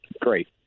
Great